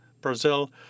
Brazil